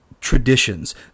traditions